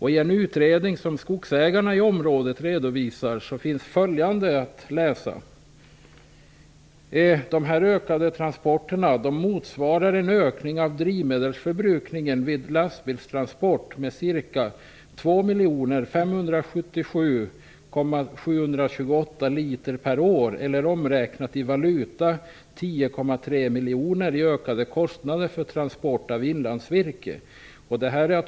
I en utredning som skogsägarna i området redovisar kan man läsa att denna ökning av transporterna motsvarar en ökning av drivmedelsförbrukningen vid lastbilstransport med ca 2 577 728 liter per år, eller omräknat i valuta 10,3 miljoner i ökade kostnader för transport av inlandsvirke.